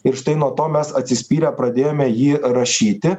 ir štai nuo to mes atsispyrę pradėjome jį rašyti